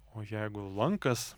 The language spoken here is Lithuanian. o jeigu lankas